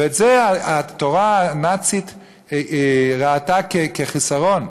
ואת זה התורה הנאצית ראתה כחיסרון.